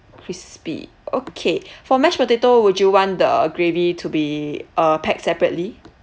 crispy okay for mashed potato would you want the gravy to be uh packed separately